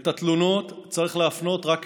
את התלונות צריך להפנות רק אלינו,